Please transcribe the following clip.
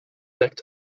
deckt